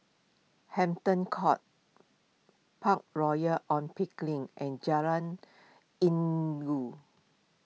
Hampton Court Park Royal on Pickering and Jalan Inggu